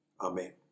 Amen